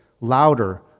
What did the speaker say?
louder